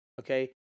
okay